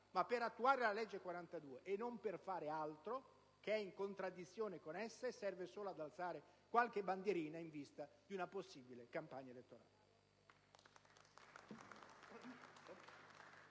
ma per attuare la legge n. 42 e non per fare altro, che è in contraddizione con essa e che serve solo ad alzare qualche bandierina in vista di una possibile campagna elettorale.